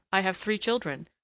i have three children,